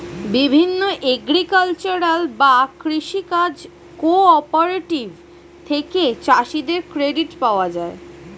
বিভিন্ন এগ্রিকালচারাল বা কৃষি কাজ কোঅপারেটিভ থেকে চাষীদের ক্রেডিট পাওয়া যায়